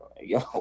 yo